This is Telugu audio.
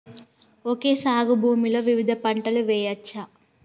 ఓకే సాగు భూమిలో వివిధ పంటలు వెయ్యచ్చా?